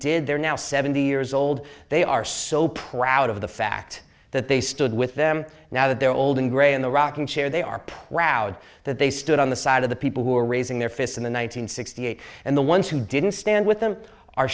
did there now seventy years old they are so proud of the fact that they stood with them now that they're old and grey in the rocking chair they are proud that they stood on the side of the people who are raising their fists in the one nine hundred sixty eight and the ones who didn't stand with them are